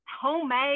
homemade